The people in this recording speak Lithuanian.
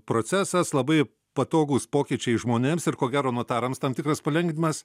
procesas labai patogūs pokyčiai žmonėms ir ko gero notarams tam tikras palengvinimas